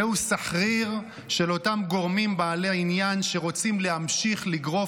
זהו סחריר של אותם גורמים בעלי עניין שרוצים להמשיך לגרוף